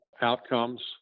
outcomes